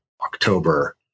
October